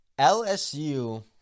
LSU